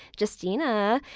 justina,